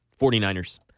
49ers